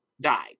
died